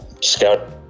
scout